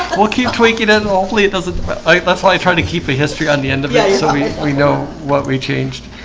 we'll keep tweaking it hopefully it doesn't that's why i trying to keep the history on the end of yeah so we we know what we changed,